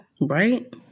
Right